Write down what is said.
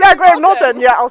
yeah graham norton. yeah, i was